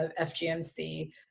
FGMC